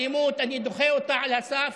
אלימות, אני דוחה אותה על הסף.